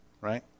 right